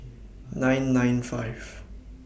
nine nine five